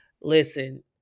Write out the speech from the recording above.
listen